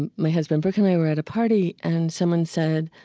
and my husband, brooke, and i were at a party and someone said,